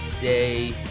day